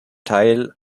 teil